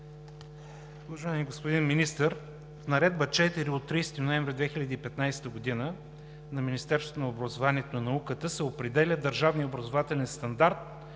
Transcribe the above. Уважаеми господин Министър, с Наредба № 4 от 30 ноември 2015 г. на Министерството на образование и науката се определя държавният образователен стандарт